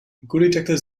gullydeckel